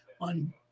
on